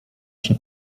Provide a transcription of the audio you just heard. się